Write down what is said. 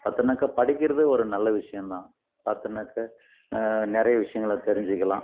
பார்த்தோன்னாக்கா படிக்கிறதே ஒரு நல்ல விஷயம் தான் பார்த்தின்னாக்கா நிறைய விஷயங்கள தெரிஞ்சிக்கலாம்